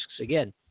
again